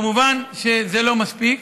כמובן שזה לא מספיק,